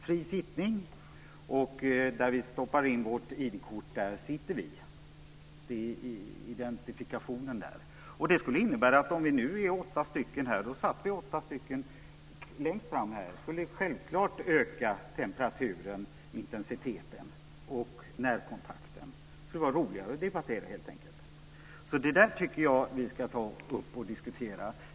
Det skulle bli fri sittning. Vi stoppar in vårt ID-kort där vi sitter. Det skulle vara identifikationen. Om vi som nu är åtta stycken här, så satt vi åtta stycken längst fram. Det skulle självfallet öka temperaturen, intensiteten och närkontakten. Det skulle helt enkelt vara roligare att debattera. Jag tycker att vi ska diskutera det.